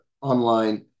online